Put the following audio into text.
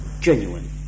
genuine